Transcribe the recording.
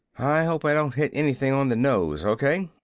i hope i don't hit anything on the nose. okay?